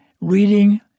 reading